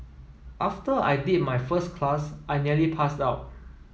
after I did my first class I nearly passed out